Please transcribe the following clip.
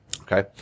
Okay